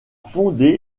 fondé